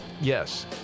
Yes